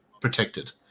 protected